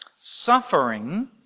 Suffering